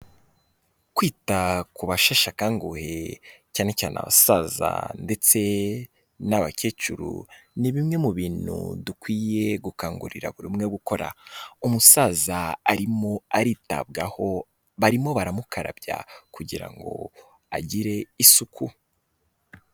Kwita ku basheshe akanguhe, cyane cyane abasaza ndetse n'abakecuru, ni bimwe mu bintu dukwiye gukangurira buri umwe gukora, umusaza arimo aritabwaho barimo baramukarabya kugira ngo agire isuku.